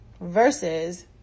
versus